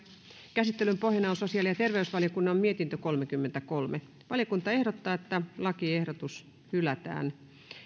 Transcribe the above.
käsittelyn pohjana on sosiaali ja terveysvaliokunnan mietintö kolmekymmentäkolme valiokunta ehdottaa että lakiehdotus hylätään